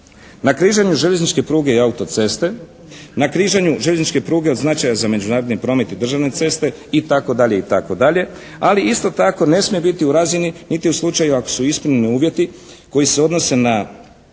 na križanju željezničke pruge i auto-ceste, na križanju željezničke pruge od značaja za međunarodni promet i državne ceste itd. Ali isto tako, ne smije biti u razini niti u slučaju ako su …/Govornik se ne razumije./… uvjeti koji se odnose na